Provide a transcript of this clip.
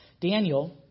Daniel